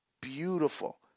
beautiful